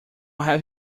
have